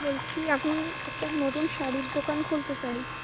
বলছি আমি একটা নতুন শাড়ির দোকান খুলতে চাই